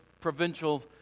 provincial